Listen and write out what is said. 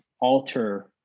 alter